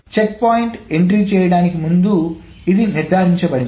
check point entry చేయడానికి ముందు ఇది నిర్ధారించబడింది